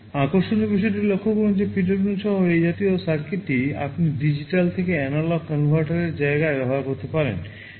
আকর্ষণীয় বিষয়টি লক্ষ্য করুন যে PWM সহ এই জাতীয় সার্কিটটি আপনি ডিজিটাল থেকে এনালগ কনভার্টারের জায়গায় ব্যবহার করতে পারেন